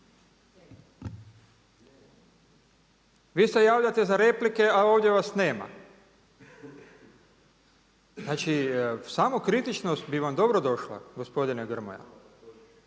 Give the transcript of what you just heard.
Vi se javljate za replike a ovdje vas nema. Znači samokritičnost bi vam dobro došla gospodine Grmoja.